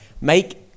Make